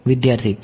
વિદ્યાર્થી તો